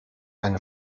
eine